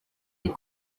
rero